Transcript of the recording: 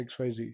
XYZ